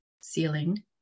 ceiling